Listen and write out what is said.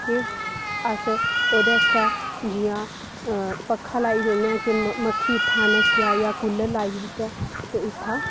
कि अस ओह्दे आस्तै जि'यां पक्खा लाई छोड़ने आं की मक्खी उत्थुआं नस्सी जा जां कुल्लर लाई छोड़ने आं ते उत्थुआं